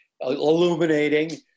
illuminating